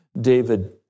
David